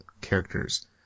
characters